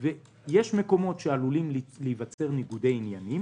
יש מקומות שעלולים להיווצר בהם ניגודי עניינים